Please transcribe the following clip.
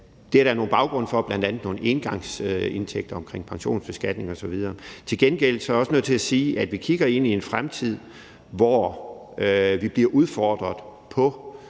Det er der nogle baggrunde for, bl.a. nogle engangsindtægter omkring pensionsbeskatning osv. Til gengæld er jeg også nødt til at sige, at vi kigger ind i en fremtid, hvor vi bliver udfordret på